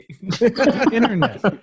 Internet